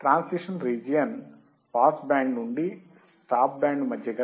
transition region pass band నుండి stop band మధ్య గల